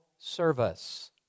service